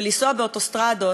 ולנסוע באוטוסטרדות,